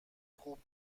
خوب